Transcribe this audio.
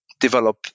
develop